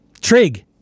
Trig